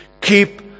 keep